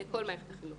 לכל מערכת החינוך